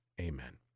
amen